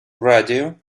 radio